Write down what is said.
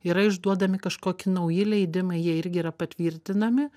yra išduodami kažkoki nauji leidimai jie irgi yra patvirtinami